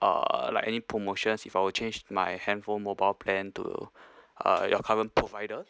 uh like any promotions if I were change my handphone mobile plan to uh your current provider